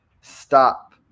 stop